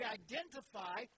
identify